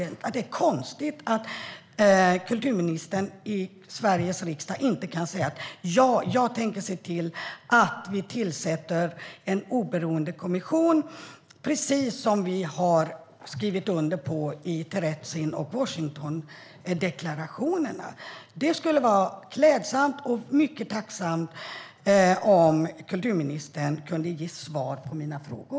Jag tycker att det är konstigt att kulturministern i Sveriges riksdag inte kan säga: Ja, jag tänker se till att vi tillsätter en oberoende kommission, precis som vi har skrivit under deklarationer om i Terezin och i Washington. Det skulle vara klädsamt och mycket tacknämligt om kulturministern kunde ge svar på mina frågor.